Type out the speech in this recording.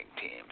teams